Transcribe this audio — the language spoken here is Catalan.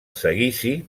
seguici